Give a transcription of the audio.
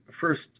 First